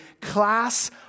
class